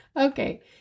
Okay